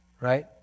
Right